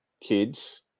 kids